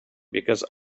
because